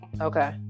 Okay